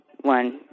one